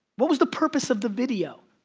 what was the purpose of the video?